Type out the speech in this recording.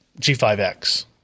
G5X